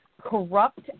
corrupt